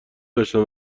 داشتند